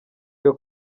iyo